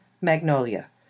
Magnolia